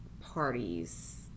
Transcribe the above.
parties